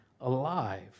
alive